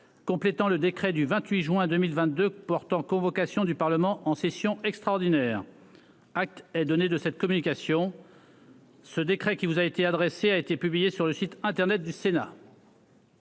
complétant le décret du 28 juin 2022 portant convocation du Parlement en session extraordinaire acte est donné de cette communication ce décret qui vous a été adressée, a été publié sur le site internet du Sénat.